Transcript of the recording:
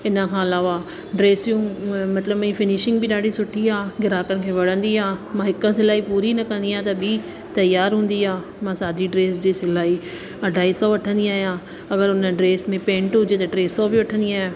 इन खां अलावा ड्रेसियूं मतिलबु मुहिंजी फिनिशिंग बि ॾाढी सुठी आहे ग्राहकनि खे वणंदी आहे मां हिकु सिलाई पूरी न कंदी आहियां त ॿी तयारु हूंदी आहे मां सॼी ड्रेस जी सिलाई अढाई सौ वठंदी आहियां अगरि उन ड्रेस में पेंट हुजे त टे सौ बि वठंदी आहियां